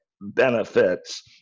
benefits